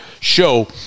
show